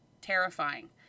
terrifying